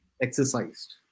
exercised